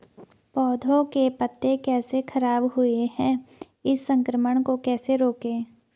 पौधों के पत्ते कैसे खराब हुए हैं इस संक्रमण को कैसे रोकें?